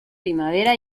primavera